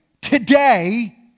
today